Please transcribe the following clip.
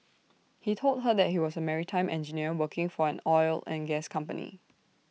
he told her that he was A maritime engineer working for an oil and gas company